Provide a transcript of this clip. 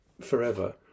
forever